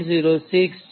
06 છે